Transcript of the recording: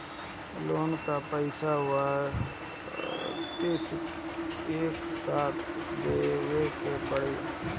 Loan का पईसा वापिस एक साथ देबेके पड़ी?